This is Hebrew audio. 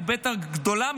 נעשה עוד הרבה דברים אחרים.